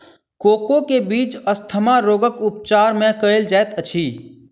cocoa के बीज asthma रोगक उपचार मे कयल जाइत अछि